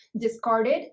discarded